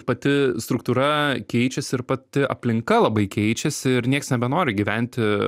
pati struktūra keičiasi ir pati aplinka labai keičiasi ir nieks nebenori gyventi